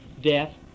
Death